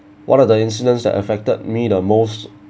one of the incidents that affected me the most